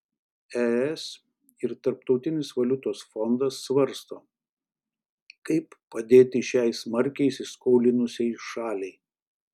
es ir tarptautinis valiutos fondas svarsto kaip padėti šiai smarkiai įsiskolinusiai šaliai